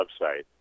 website